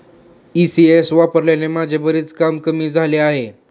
ECS वापरल्याने माझे बरेच काम कमी झाले आहे